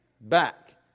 back